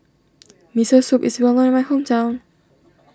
Miso Soup is well known in my hometown